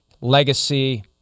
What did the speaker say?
legacy